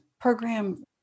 program